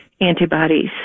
antibodies